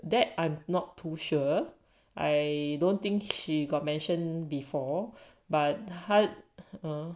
that I'm not too sure I don't think she got mention before but hard uh